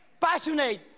Passionate